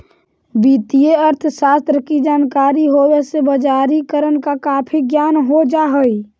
वित्तीय अर्थशास्त्र की जानकारी होवे से बजारिकरण का काफी ज्ञान हो जा हई